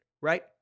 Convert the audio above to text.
Right